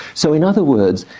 so in other words,